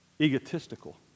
egotistical